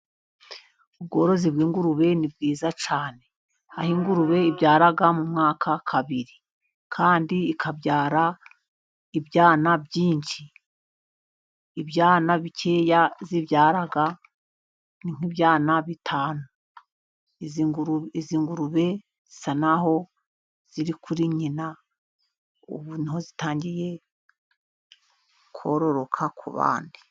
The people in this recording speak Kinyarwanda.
Ubworozi bw'ingurube ni bwiza cyane aho ingurube ibyara mu mwaka kabiri kandi ikabyara ibyana byinshi. Ibyana bikeya zibyara ni nk' ibyana bitanu . Izi ngurube zisa n'aho ziri kuri nyina ubu ni ho zitangiye kororoka ku bandi.